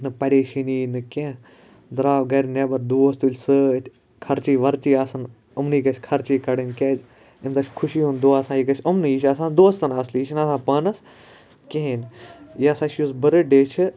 نہَ پریشٲنی نہَ کینٛہہ دراو گَرِ نٮ۪بَر دوس تُلۍ سۭتۍ خَرچہ ورچہ آسان یِمنٕے گَژھِ خَرچی کَڑٕنۍ کیاز امہ دۄہ چھُ خوشی ہُنٛد آسان یہِ گَژھِ یِمنٕے یہِ چھُ آسان دوستَن اصلی یہِ چھُنہٕ آسان پانَس کہینۍ یہِ ہَسا چھُ یُس بٔرتھ ڈے چھُ